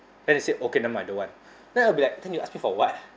then he say okay never mind don't want then I'll be like then you ask me for what